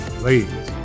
please